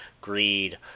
greed